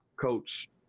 Coach